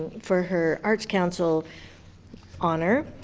for her arts council honor.